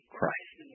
Christ